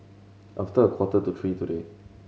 after a quarter to three today